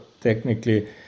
technically